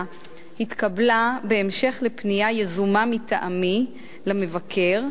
התקבלה בהמשך לפנייה יזומה מטעמי למבקר,